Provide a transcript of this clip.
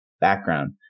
background